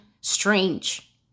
strange